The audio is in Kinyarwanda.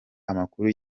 amakuru